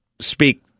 speak